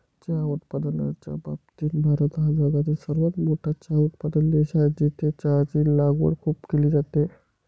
चहा उत्पादनाच्या बाबतीत भारत हा जगातील सर्वात मोठा चहा उत्पादक देश आहे, जिथे चहाची लागवड खूप केली जाते